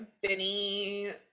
Vinny